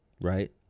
right